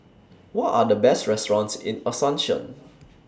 What Are The Best restaurants in Asuncion